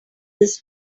this